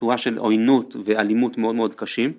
תורה של עוינות ואלימות מאוד מאוד קשים.